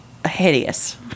Hideous